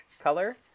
color